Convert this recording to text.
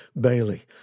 Bailey